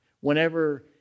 Whenever